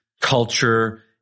culture